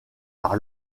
par